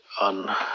on